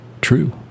true